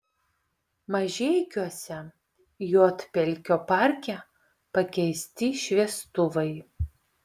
mažeikiuose juodpelkio parke pakeisti šviestuvai